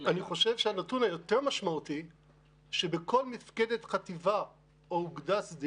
הדבר השלישי הוא המיקוד בכשירויות פרט.